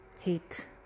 hate